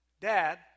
Dad